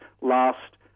last